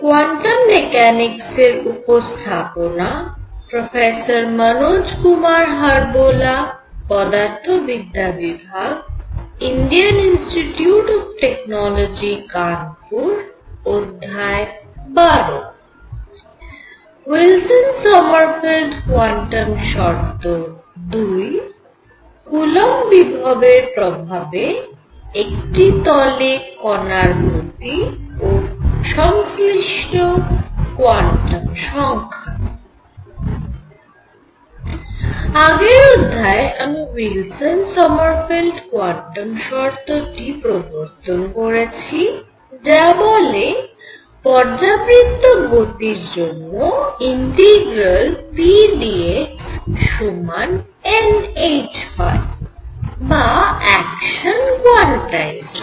আগের অধ্যায়ে আমি উইলসন সমারফেল্ড কোয়ান্টাম শর্তটি প্রবর্তন করেছি যা বলে পর্যাবৃত্ত গতির জন্য ইন্টিগ্রাল p d x সমান n h হয় বা অ্যাকশান কোয়ান্টাইজড হয়